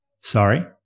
Sorry